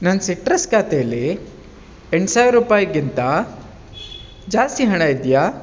ನನ್ನ ಸಿಟ್ರಸ್ ಖಾತೇಲಿ ಎಂಟು ಸಾವಿರ ರೂಪಾಯಿಗಿಂತ ಜಾಸ್ತಿ ಹಣ ಇದೆಯಾ